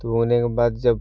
तो उगने के बाद जब